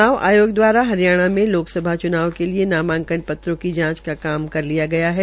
च्नाव आयोग दवारा हरियाणा में लोकसभा च्नाव के लिये नामांकन पत्रों की जांच का काम कर लिया गया है